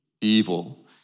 Evil